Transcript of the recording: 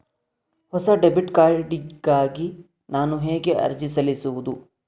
ಹೊಸ debit card ಗಾಗಿ ನಾನು ಹೇಗೆ ಅರ್ಜಿ ಸಲ್ಲಿಸುವುದು?